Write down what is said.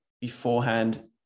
beforehand